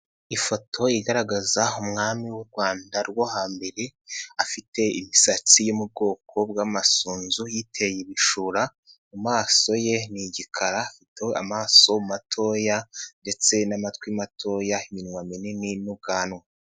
Ifoto igaragaza umwami w'u Rwanda rwo hambere, afite imisatsi yo mu bwoko bw'amasunzu, yiteye ibishura, mu maso ye ni igikara, afite amaso matoya ndetse n'amatwi matoya, iminwa minini n'ubwanwa.